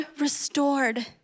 restored